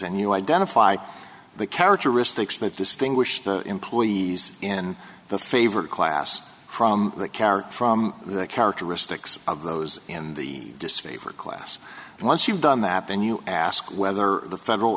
and you identify the characteristics that distinguish the employees in the favorite class from that car from the characteristics of those in the disfavor class and once you've done that then you ask whether the federal